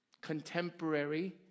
contemporary